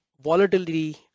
volatility